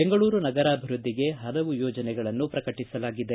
ಬೆಂಗಳೂರು ನಗರಾಭಿವೃದ್ದಿಗೆ ಹಲವು ಯೋಜನೆಗಳನ್ನು ಪ್ರಕಟಿಸಲಾಗಿದೆ